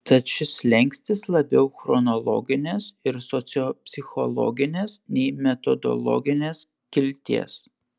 tad šis slenkstis labiau chronologinės ir sociopsichologinės nei metodologinės kilties